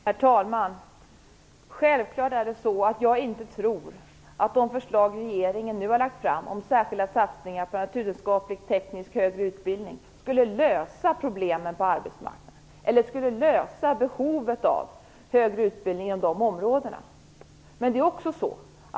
Herr talman! Jag tror självfallet inte att de förslag som regeringen nu har lagt fram om särskilda satsningar på naturvetenskapligt-teknisk högre utbildning skulle lösa problemen på arbetsmarknaden eller att det skulle täcka behovet av högre utbildning på det området.